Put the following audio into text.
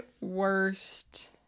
worst